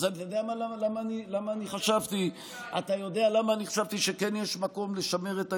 אז אתה יודע למה אני חשבתי שכן יש מקום לשמר את הייצוג?